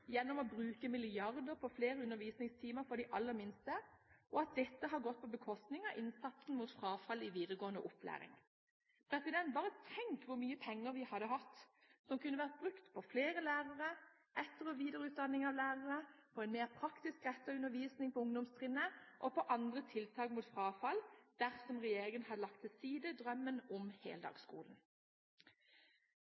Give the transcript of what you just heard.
gjennom å bruke milliarder på flere undervisningstimer for de aller minste, og at dette har gått på bekostning av innsatsen mot frafall i videregående opplæring. Bare tenk hvor mye penger vi hadde hatt som kunne vært brukt på flere lærere, på etter- og videreutdanning av lærere, på en mer praktisk rettet undervisning på ungdomstrinnet og på andre tiltak mot frafall, dersom regjeringen hadde lagt til side drømmen om